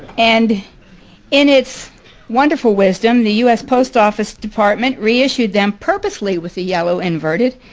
and in it's wonderful wisdom the u s. post office department reissued them purposely with the yellow inverted.